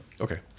Okay